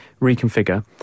reconfigure